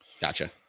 Gotcha